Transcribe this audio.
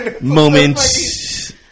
moments